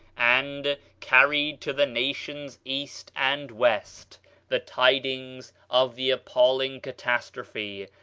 and, carried to the nations east and west the tidings of the appalling catastrophe,